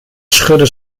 schudde